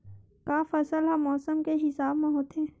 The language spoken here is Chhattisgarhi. का फसल ह मौसम के हिसाब म होथे?